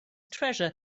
treasure